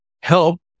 help